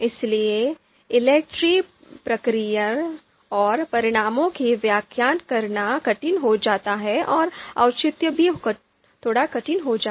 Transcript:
इसलिए ELECTRE प्रक्रिया और परिणामों की व्याख्या करना कठिन हो जाता है और औचित्य भी थोड़ा कठिन हो जाता है